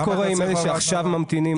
מה קורה עם אלה שעכשיו ממתינים?